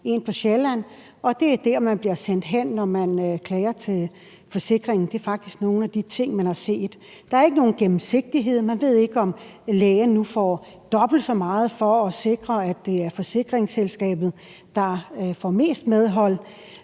en på Sjælland – og at det er der, man bliver sendt hen, når man klager til forsikringen? Det er faktisk nogle af de ting, vi har set. Der er ikke nogen gennemsigtighed. Man ved ikke, om lægen nu får dobbelt så meget for at sikre, at det er forsikringsselskabet, der får mest medhold.